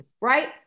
right